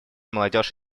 молодежь